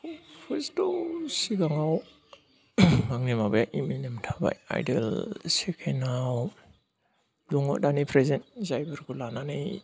फार्स्टआव सिगाङाव आंनि माबाया इमिनेम थाबाय आइदल सेकेनाव दङ दानि प्रेजेन्ट जायफोरखौ लानानै